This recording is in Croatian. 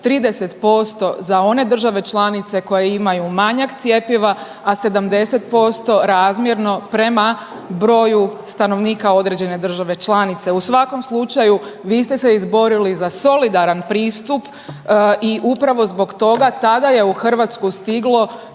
30% za one države članice koje imaju manjak cjepiva, a 70% razmjerno prema broju stanovnika određene države članice. U svakom slučaju, vi ste se izborili za solidaran pristup i upravo zbog toga, tada je u Hrvatsku stiglo